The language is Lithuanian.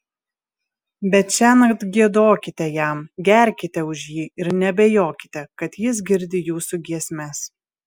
bet šiąnakt giedokite jam gerkite už jį ir neabejokite kad jis girdi jūsų giesmes